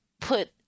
put